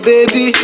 Baby